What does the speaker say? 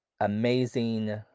amazing